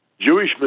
Jewish